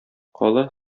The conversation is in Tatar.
кала